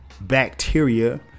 bacteria